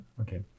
okay